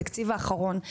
בתקציב האחרון,